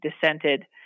dissented